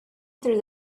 through